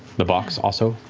the box also